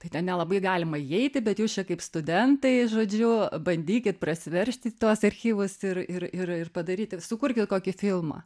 tai ten nelabai galima įeiti bet jūs čia kaip studentai žodžiu bandykit prasiveržti į tuos archyvus ir ir ir ir padaryti sukurkit kokį filmą